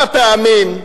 אופוזיציה לוחמת.